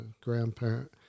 grandparent